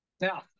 Now